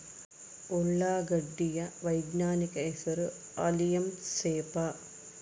ಉಳ್ಳಾಗಡ್ಡಿ ಯ ವೈಜ್ಞಾನಿಕ ಹೆಸರು ಅಲಿಯಂ ಸೆಪಾ